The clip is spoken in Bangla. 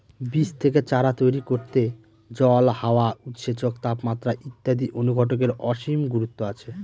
বীজ থেকে চারা তৈরি করতে জল, হাওয়া, উৎসেচক, তাপমাত্রা ইত্যাদি অনুঘটকের অসীম গুরুত্ব আছে